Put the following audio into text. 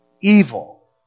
evil